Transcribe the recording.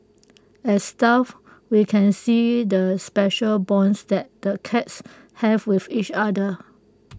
as staff we can see the special bonds that the cats have with each other